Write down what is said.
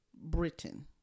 britain